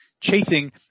chasing